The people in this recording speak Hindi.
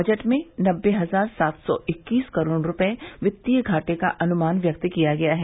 बजट में नब्बे हजार सात सौ इक्कीस करोड़ रूपये वित्तीय घाटे का अनमान व्यक्त किया गया है